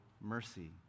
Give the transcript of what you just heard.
mercy